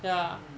mm